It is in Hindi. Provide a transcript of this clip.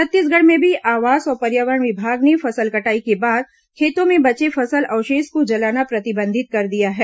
छत्तीसगढ़ में भी आवास और पर्यावरण विभाग ने फसल कटाई के बाद खेतों में बचे फसल अवशेष को जलाना प्रतिबंधित कर दिया है